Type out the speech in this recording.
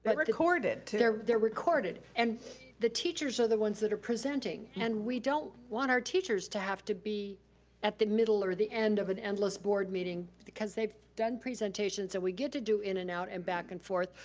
but recorded, too. they're they're recorded. and the teachers are the ones that are presenting. and we don't want our teachers to have to be at the middle or the end of an endless board meeting, because they've done presentations, and we get to do in and out and back and forth,